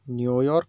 New York